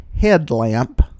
headlamp